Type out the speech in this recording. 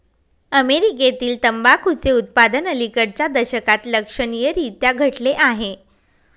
अमेरीकेतील तंबाखूचे उत्पादन अलिकडच्या दशकात लक्षणीयरीत्या घटले आहे